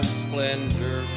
splendor